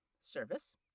Service